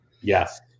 Yes